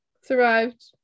survived